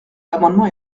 l’amendement